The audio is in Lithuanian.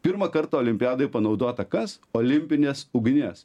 pirmąkart olimpiadoj panaudota kas olimpinės ugnies